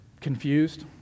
confused